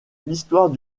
l’histoire